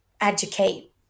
Educate